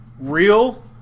real